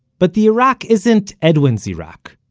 but the iraq isn't edwin's iraq.